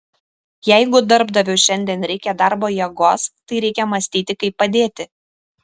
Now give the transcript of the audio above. jeigu darbdaviui šiandien reikia darbo jėgos tai reikia mąstyti kaip padėti